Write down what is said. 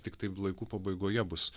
tiktai laikų pabaigoje bus